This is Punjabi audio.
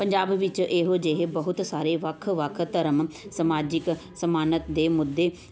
ਪੰਜਾਬ ਵਿੱਚ ਇਹੋ ਜਿਹੇ ਬਹੁਤ ਸਾਰੇ ਵੱਖ ਵੱਖ ਧਰਮ ਸਮਾਜਿਕ ਸਮਾਨਤ ਦੇ ਮੁੱਦੇ